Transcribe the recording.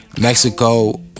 Mexico